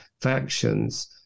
factions